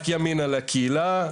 רק ימינה לקהילה.